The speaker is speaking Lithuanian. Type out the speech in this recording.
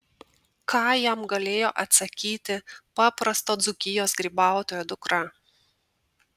ką jam galėjo atsakyti paprasto dzūkijos grybautojo dukra